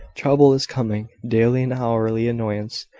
trouble is coming daily and hourly annoyance,